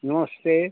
नमस्ते